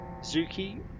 Zuki